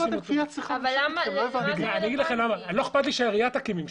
לא אכפת לי שהעירייה תקים ממשק,